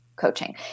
coaching